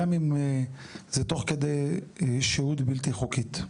גם אם זה תוך כדי שהות בלתי חוקית.